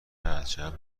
عجب